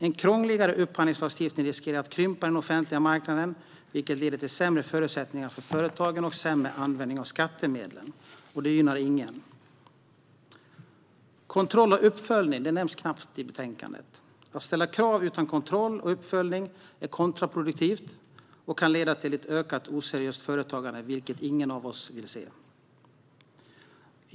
En krångligare upphandlingslagstiftning riskerar att krympa den offentliga marknaden, vilket leder till sämre förutsättningar för företagen och sämre användning av skattemedlen. Det gynnar ingen. Kontroll och uppföljning nämns knappt i betänkandet. Att ställa krav utan kontroll och uppföljning är kontraproduktivt och kan leda till ett ökat oseriöst företagande, vilket ingen av oss vill se.